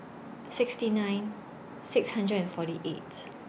sixty nine six hundred and forty eight